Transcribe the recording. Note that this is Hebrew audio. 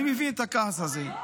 אני מבין את הכעס הזה.